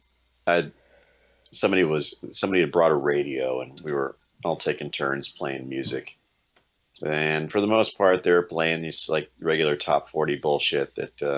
i'd somebody was somebody had brought a radio, and we were all taking turns playing music and for the most part they're playing he's like regular top forty bullshit that